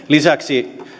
lisäksi